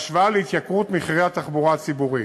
בהשוואה להתייקרות מחירי הנסיעות תחבורה הציבורית.